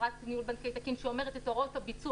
הוראת ניהול בנקאי שאומרת את הוראות הביצוע,